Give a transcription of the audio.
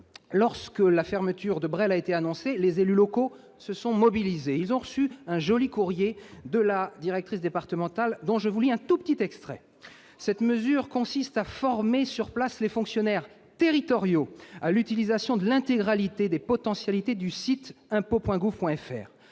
de la trésorerie de Bresles a été annoncée, les élus locaux se sont mobilisés. Ils ont alors reçu un joli courrier de la directrice départementale, dont je vais vous lire un court extrait :« Cette mesure consiste à former sur place les fonctionnaires territoriaux à l'utilisation de l'intégralité des potentialités du site. « Par